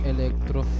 Electro